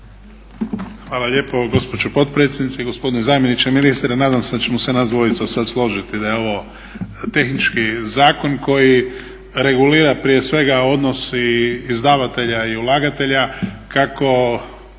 Hvala lijepo gospođo potpredsjednice, gospodine zamjeniče ministra nadam se da ćemo se nas dvojica sad složiti da je ovo tehnički zakon koji regulira prije svega odnos izdavatelja i ulagatelja. Kako